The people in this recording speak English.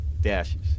dashes